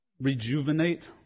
rejuvenate